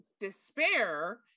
despair